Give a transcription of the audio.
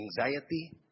anxiety